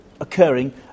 occurring